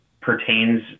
pertains